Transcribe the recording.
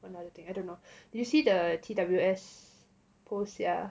one another thing I don't know you see the T_W_S post sia